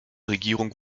regierung